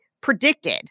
predicted